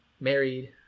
married